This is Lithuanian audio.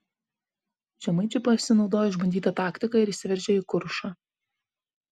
žemaičiai pasinaudojo išbandyta taktika ir įsiveržė į kuršą